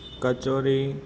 kachori